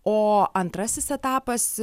o antrasis etapas